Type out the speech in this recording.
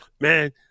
man